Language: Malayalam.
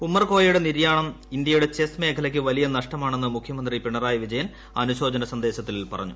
ഉമ്മർകോയയുടെ നിര്യാണം ഇന്ത്യയുടെ ചെസ് മേഖലക്ക് വലിയ നഷ്ടമാണെന്ന് മുഖ്യമന്ത്രി പിണറായി വിജയൻ അനുശോചന സന്ദേശത്തിൽ പറഞ്ഞു